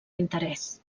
interès